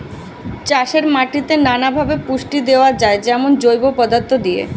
চাষের মাটিতে নানা ভাবে পুষ্টি দেওয়া যায়, যেমন জৈব পদার্থ দিয়ে